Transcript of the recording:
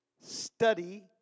study